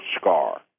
scar